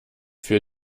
für